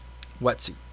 wetsuit